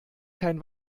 kein